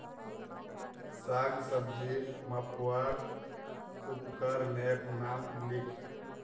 साग सब्जी मपवार उपकरनेर नाम लिख?